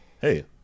hey